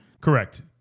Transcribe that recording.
Correct